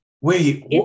Wait